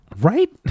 right